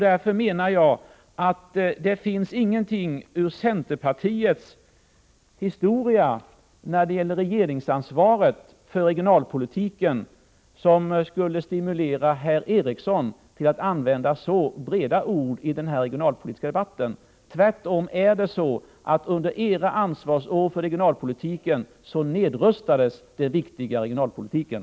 Därför finns det ingenting i centerpartiets historia när det gäller regeringsansvaret för regionalpolitiken som skulle stimulera herr Eriksson till att använda sådana stora ord i den här regionalpolitiska debatten. Tvärtom, under de år ni hade ansvar för regionalpolitiken nedrustades den.